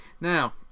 Now